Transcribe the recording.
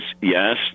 yes